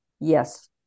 yes